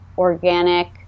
organic